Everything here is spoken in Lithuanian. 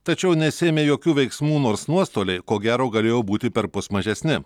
tačiau nesiėmė jokių veiksmų nors nuostoliai ko gero galėjo būti perpus mažesni